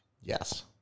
yes